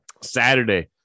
Saturday